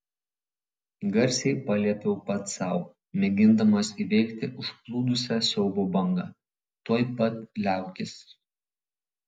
garsiai paliepiau pats sau mėgindamas įveikti užplūdusią siaubo bangą tuoj pat liaukis